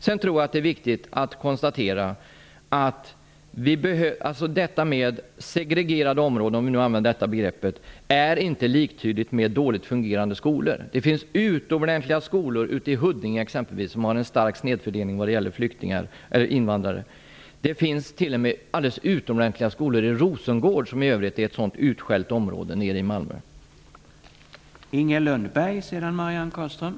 Vidare tror jag att det är viktigt att konstatera att detta med segregerade områden, om vi nu skall använda det begreppet, inte är liktydigt med dåligt fungerande skolor. Det finns faktiskt utomordentliga skolor t.ex. i Huddinge, som annars har en stark snedfördelning vad gäller invandrare. Det finns t.o.m. alldeles utomordentliga skolor i Rosengård i Malmö, som i övrigt är ett utskällt område.